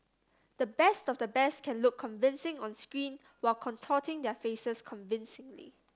the best of the best can look convincing on screen while contorting their faces convincingly